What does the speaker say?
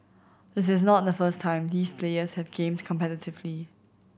this is not the first time these players have gamed competitively